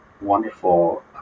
wonderful